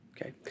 Okay